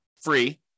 free